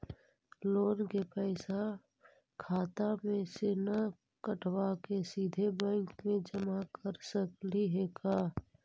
Loan के पैसा खाता मे से न कटवा के सिधे बैंक में जमा कर सकली हे का?